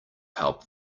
help